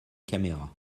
caméras